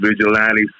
vigilantes